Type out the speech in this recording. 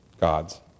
gods